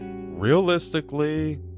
Realistically